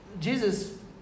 Jesus